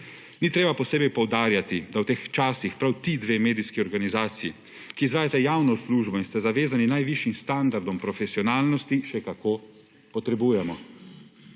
Ni treba posebej poudarjati, da v teh časih prav ti dve medijski organizaciji, ki izvajata javno službo in sta zavezani najvišjim standardom profesionalnosti, še kako potrebujemo.